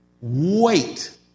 wait